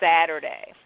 Saturday